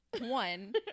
one